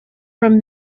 from